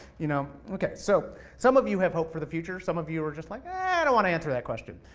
you know okay, so some of you have hope for the future, some of you are just like, i don't wanna answer that question.